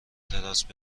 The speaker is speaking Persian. تراس